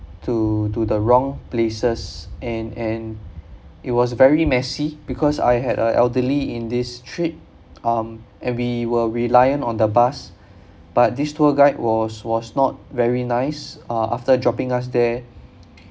to to the wrong places and and it was very messy because I had a elderly in this trip um and we were reliant on the bus but this tour guide was was not very nice uh after dropping us there